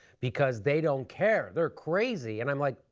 because they don't care. they are crazy. and i am like,